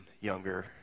younger